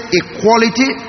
equality